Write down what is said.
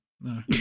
no